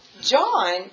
John